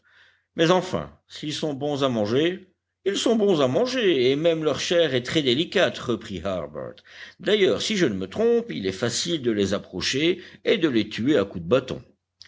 mais enfin s'ils sont bons à manger ils sont bons à manger et même leur chair est très délicate reprit harbert d'ailleurs si je ne me trompe il est facile de les approcher et de les tuer à coups de bâton